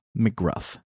McGruff